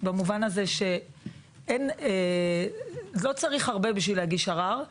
במובן הזה שלא צריך הרבה בשביל להגיש ערר,